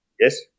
Yes